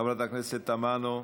חברת הכנסת תמנו,